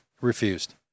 refused